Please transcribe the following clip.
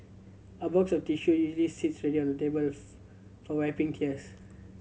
a box of tissue usually sits ready on table for wiping tears